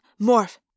morph